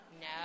No